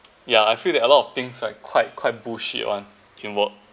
ya I feel that a lot of things right quite quite bullshit one teamwork